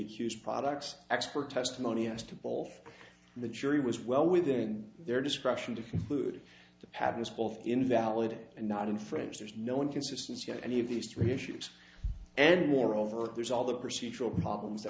accused products expert testimony as to both the jury was well within their discretion to food to patmos both invalid and not infringed there's no one consistency in any of these three issues and moreover there's all the procedural problems that